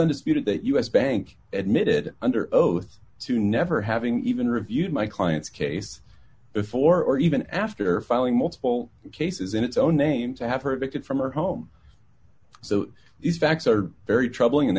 undisputed that u s bank admitted under oath to never having even reviewed my client's case before or even after filing multiple cases in its own name to have her victim from her home so these facts are very troubling and